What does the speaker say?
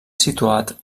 situat